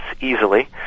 easily